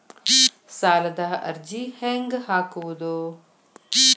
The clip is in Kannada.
ಸಾಲದ ಅರ್ಜಿ ಹೆಂಗ್ ಹಾಕುವುದು?